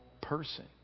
person